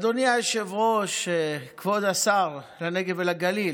אדוני היושב-ראש, כבוד השר לנגב ולגליל,